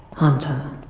hunter